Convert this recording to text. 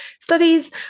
studies